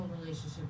Relationship